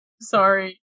Sorry